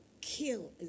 kill